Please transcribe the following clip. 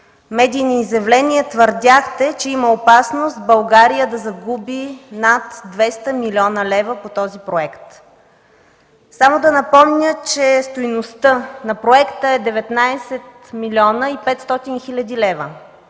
медийни изявления твърдяхте, че има опасност България да загуби над 200 млн. лв. по този проект? Само да напомня, че стойността на проекта е 19 млн. 500 хил. лв.